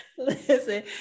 listen